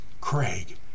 Craig